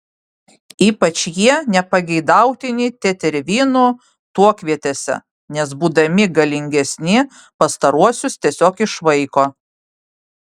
ypač jie nepageidautini tetervinų tuokvietėse nes būdami galingesni pastaruosius tiesiog išvaiko